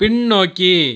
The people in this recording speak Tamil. பின்னோக்கி